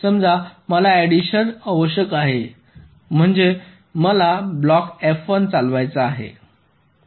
समजा मला ऍडिशन आवश्यक आहे म्हणजे मला ब्लॉक F1 चालवायचा आहे